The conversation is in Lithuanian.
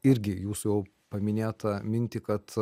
irgi jūsų jau paminėtą mintį kad